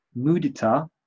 mudita